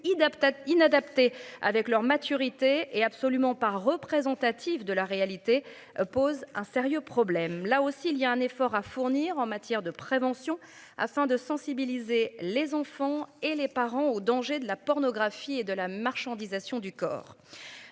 inadapté avec leur maturité et absolument pas représentative de la réalité pose un sérieux problème là aussi il y a un effort à fournir en matière de prévention afin de sensibiliser les enfants et les parents aux dangers de la pornographie et de la marchandisation du corps.